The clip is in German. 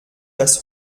das